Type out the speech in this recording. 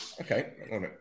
Okay